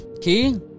Key